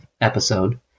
episode